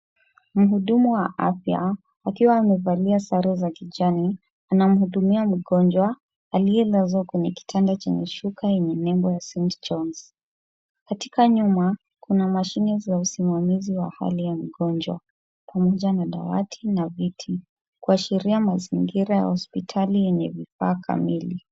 Mhudumu wa afya akiwa amevalia sare za kijani anamhudumia mgonjwa aliyelazwa kwenye kitanda chenye shuka yenye nembo ya St. Johnes . Katika nyuma, kuna mashine za usimamizi wa hali ya mgonjwa pamoja na dawati na viti kuashiria mazingira ya hospitali yenye vifaa kamili.